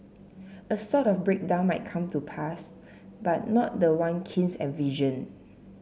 a sort of breakdown might come to pass but not the one Keynes envisioned